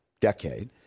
decade